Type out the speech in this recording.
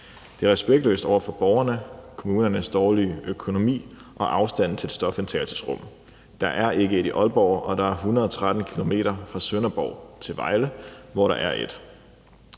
Det er respektløst over for borgerne, kommunernes dårlige økonomi og afstanden til et stofindtagelsesrum. Der er ikke et i Aalborg, og der er 113 km fra Sønderborg til Vejle, hvor der er et.